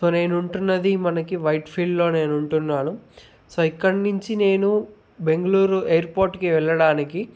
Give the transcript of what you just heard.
so నేనుంటున్నది మనకి white ఫీల్డ్లో నేను ఉంటున్నాను సో ఇక్కడ నుంచి నేను బెంగళూరు ఎయిర్పోర్ట్కి వెళ్లడానికి